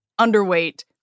underweight